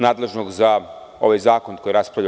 Nadležno za ovaj zakon o kome raspravljamo.